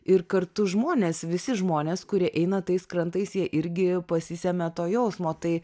ir kartu žmonės visi žmonės kurie eina tais krantais jie irgi pasisemia to jausmo tai